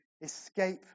escape